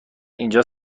اینجا